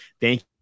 Thank